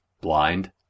Blind